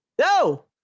No